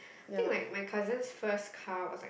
think like my cousin's first car was like